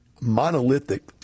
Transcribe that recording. monolithic